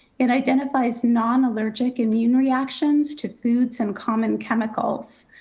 it identify as non allergic immune reactions to foods and common chemicals.